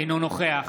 אינו נוכח